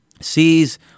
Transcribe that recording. sees